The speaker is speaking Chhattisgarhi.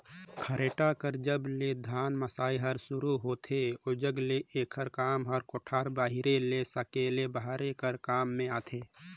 खरेटा कर जब ले धान मसई हर सुरू होथे ओजग ले एकर काम हर कोठार बाहिरे ले सकेले बहारे कर काम मे आथे